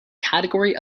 category